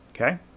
Okay